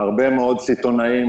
הרבה מאוד סיטונאים,